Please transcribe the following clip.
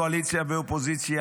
קואליציה ואופוזיציה,